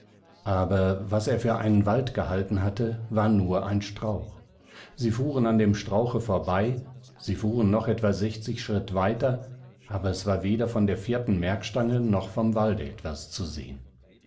aber was er für einen wald gehalten hatte war nur ein strauch sie fuhren an dem strauche vorbei sie fuhren noch etwa sechzig schritt weiter aber es war weder von der vierten merkstange noch vom walde etwas zu sehen